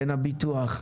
בין הביטוח,